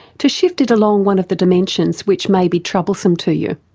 to shift it along one of the dimensions which may be troublesome to you.